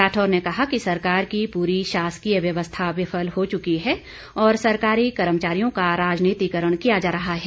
राठौर ने कहा कि सरकार की पूरी शासकीय व्यवस्था विफल हो चुकी है और सरकारी कर्मचारियों का राजनीतिकरण किया जा रहा है